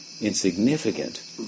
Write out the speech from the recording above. insignificant